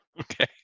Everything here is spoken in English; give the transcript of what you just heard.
Okay